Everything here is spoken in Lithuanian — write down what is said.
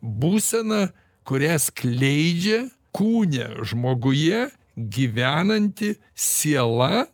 būsena kurią skleidžia kūne žmoguje gyvenanti siela